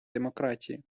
демократії